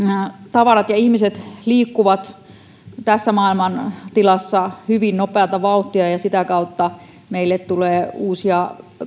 tavarat ja ihmiset liikkuvat tässä maailmantilassa hyvin nopeata vauhtia ja sitä kautta meille tulee uusia